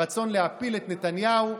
הרצון להפיל את נתניהו,